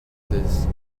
this